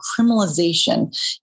criminalization